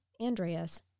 Andreas